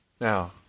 Now